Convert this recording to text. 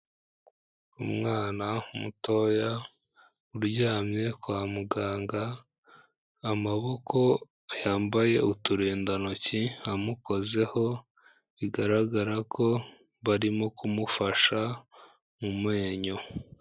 Umwana mutoya uryamye kwa muganga, amaboko yambaye uturindantoki amukozeho, bigaragara ko barimo kumufasha mu menyo.